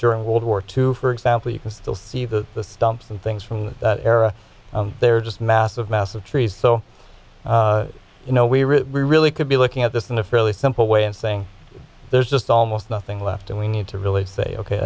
during world war two for example you can still see the stumps and things from that era they're just massive massive trees so you know we really really could be looking at this in a fairly simple way and saying there's just almost nothing left and we need to really say ok